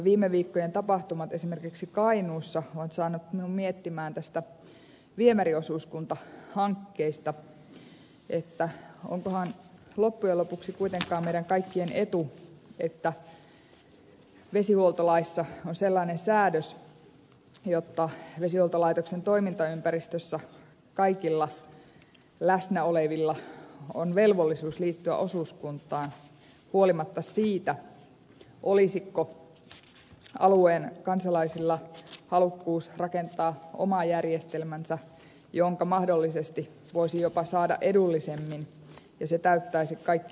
viime viikkojen tapahtumat esimerkiksi kainuussa ovat saaneet minut miettimään tästä viemäriosuuskuntahankkeesta onkohan loppujen lopuksi kuitenkaan meidän kaikkien etu että vesihuoltolaissa on sellainen säädös jotta vesihuoltolaitoksen toimintaympäristössä kaikilla läsnä olevilla on velvollisuus liittyä osuuskuntaan riippumatta siitä olisiko alueen kansalaisilla halukkuus rakentaa oma järjestelmänsä jonka mahdollisesti voisi saada jopa edullisemmin ja joka täyttäisi kaikki lain säädökset